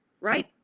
right